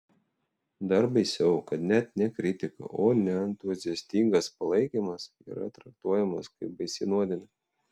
dar baisiau kad net ne kritika o neentuziastingas palaikymas yra traktuojamas kaip baisi nuodėmė